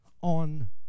on